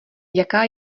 jaká